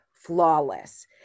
Flawless